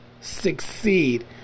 succeed